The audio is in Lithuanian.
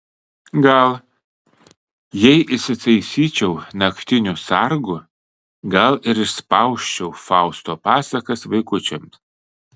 gal jei įsitaisyčiau naktiniu sargu gal ir išspausčiau fausto pasakas vaikučiams